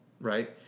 right